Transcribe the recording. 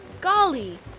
Golly